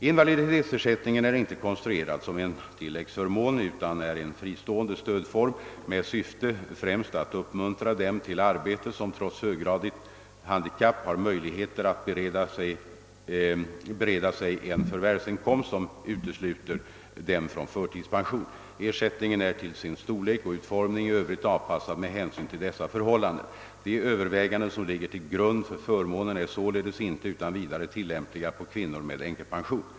Invaliditetsersättningen är inte konstruerad som en tilläggsförmån utan är en fristående stödform med syfte främst att uppmuntra dem till arbete som trots höggradigt handikapp har möjligheter att bereda sig en förvärvsinkomst som utesluter dem från förtidspension. Ersättningen är till sin storlek och utformning i övrigt avpassad med hänsyn till dessa förhållanden. De överväganden som ligger till grund för förmånen är således inte utan vidare tillämpliga på kvinnor med änkepension.